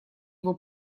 его